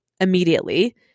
immediately